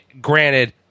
granted